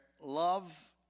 love